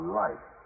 life